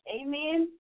Amen